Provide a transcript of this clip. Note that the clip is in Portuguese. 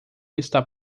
está